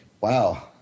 wow